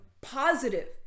positive